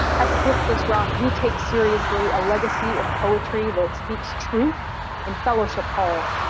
at split this rock, we take seriously a legacy of poetry that speaks truth in fellowship halls,